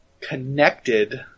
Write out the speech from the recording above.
connected